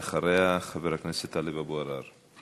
אחריה, חבר הכנסת טלב אבו עראר.